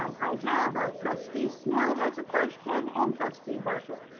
um i have, ah trustee snell has a question and trustee barto.